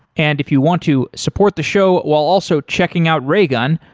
and if you want to support the show while also checking out raygun,